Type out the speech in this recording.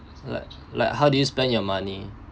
like like how did you spend your money